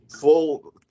full